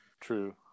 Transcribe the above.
True